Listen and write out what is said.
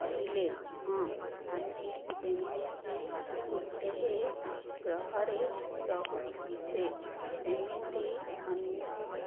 କହିଲେ ହଁ ଆମେ ଯେମିତି ଗୋଟେ ଗ୍ରହରେ ରହୁଛେ ସେମିତି ଅନ୍ୟ